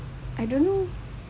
I don't know